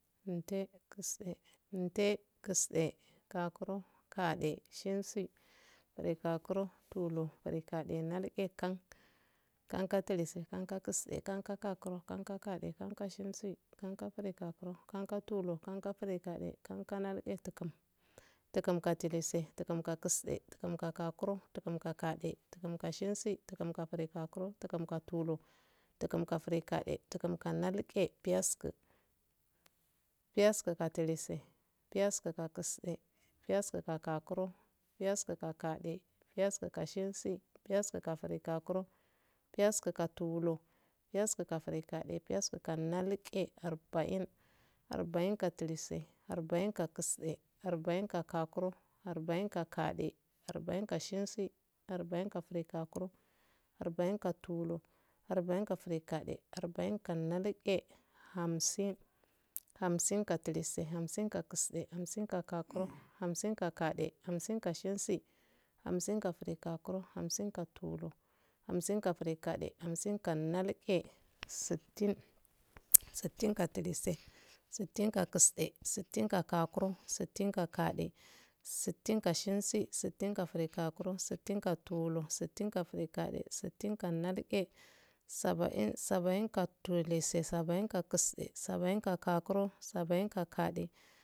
Inte kiste inte kisde gakuro gde shensi girgakuri tulur grigade nalge kari kankatlisi kankokiste kango gakuro kango gade kango shnsi kango grigakuro kango tulur kango girgade kango nalge tugum kango tuur kango grigade kangp nalge tugum tukumkalise tukumkakisde tukumka garuro tukm ka gade tukumshensi tukumk grigakuro tukum ka tuur tukumka grigade tukumka nalge piyaskei piyeskukalse piyaskkaksde piyaskugakuro piyasku kagode piyaskukashenshi piyaskuka grigaakur piyaskuka tulur piyaskukagride piyaskukanalge arbain abin kalise arbainkagakuo abain kagade arbainka shensi arbainka grigokuro arbin k tulur arbain kagrigade arbainka nalge hamsin hamshinkalise hamsikakede hamsinkagakuro hamsindage hamsin kashensi hamshinkkagrigokuro hansinka tulur hamsin ka grigade hamsinka grigokuro hamsinka nalge sittin sittinkatise sittinkkiste sittinka gakuro sittinka shensi sittinta girgakuro sittinka shensi sittinta grigakuro sittin tulur sittin ka rigade sittin ka nage sabin sabain katlise sabin kasde sabinka gakuro sain ka gade